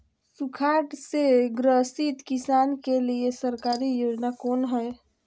सुखाड़ से ग्रसित किसान के लिए सरकारी योजना कौन हय?